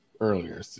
earlier